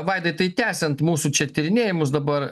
vaidai tai tęsiant mūsų čia tyrinėjimus dabar